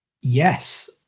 Yes